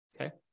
Okay